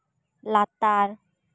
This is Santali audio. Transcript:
ᱞᱟᱛᱟᱨ